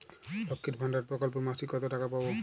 লক্ষ্মীর ভান্ডার প্রকল্পে মাসিক কত টাকা পাব?